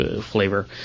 flavor